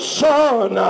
son